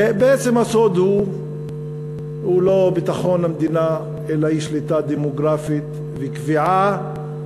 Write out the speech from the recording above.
בעצם הסוד הוא לא ביטחון המדינה אלא שליטה דמוגרפית וקביעה,